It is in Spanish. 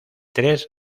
tres